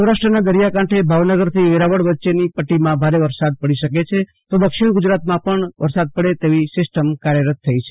સૌરાષ્ટ્રના દરિયાકાંઠે ભાવનગરથી વેરાવળ વચ્ચેની પદ્દીમાં ભારે વરસાદ પડી શકે છે તો દક્ષિણ ગુજરાતમાં પણ ખુબ વરસાદ પડે તેવી સીસ્ટમ કાર્યરત થઈ છે